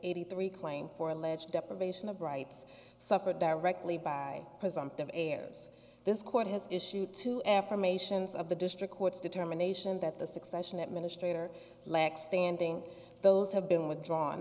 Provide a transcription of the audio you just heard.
eighty three claim for alleged deprivation of rights suffered directly by heirs this court has issued two affirmations of the district court's determination that the succession administrator lacks standing those have been withdrawn